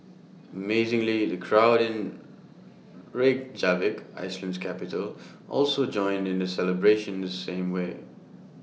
amazingly the crowd in Reykjavik Iceland's capital also joined in the celebration the same way